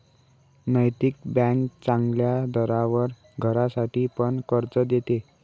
नैतिक बँक चांगल्या दरावर घरासाठी पण कर्ज देते